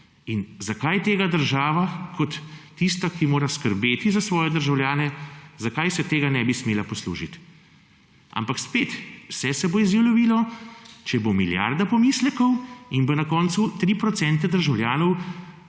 Zakaj se tega država kot tista, ki mora skrbeti za svoje državljane, tega ne bi smela poslužiti. Ampak spet se bo vse izjalovilo, če bo milijarda pomislekov in bo na koncu 3 % državljanov